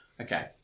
Okay